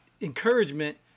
encouragement